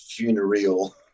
funereal